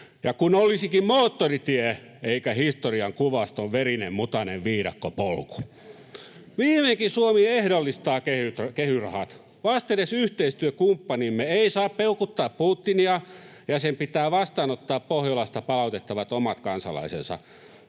ja kun olisikin moottoritie eikä historian kuvaston verinen, mutainen viidakkopolku. Viimeinkin Suomi ehdollistaa kehy-rahat. Vastedes yhteistyökumppanimme ei saa peukuttaa Putinia ja sen pitää vastaanottaa Pohjolasta palautettavat omat kansalaisensa.